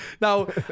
Now